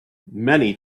many